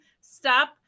stop